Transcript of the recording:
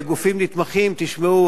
לגופים נתמכים: תשמעו,